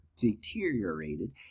deteriorated